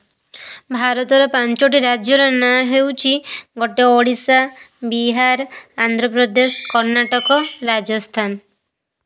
ଭାରତର ପାଞ୍ଚଟି ରାଜ୍ୟର ନାଁ ହେଉଛି ଗୋଟେ ଓଡ଼ିଶା ବିହାର ଆନ୍ଧ୍ର ପ୍ରଦେଶ କର୍ଣ୍ଣାଟକ ରାଜସ୍ଥାନ